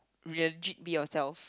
legit be yourself